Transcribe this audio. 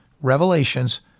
revelations